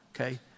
Okay